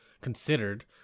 considered